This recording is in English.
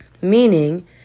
meaning